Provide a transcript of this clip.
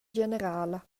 generala